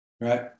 right